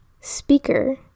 speaker